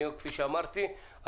כפי שאמרתי,